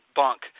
bunk